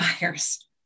buyers